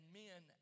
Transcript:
men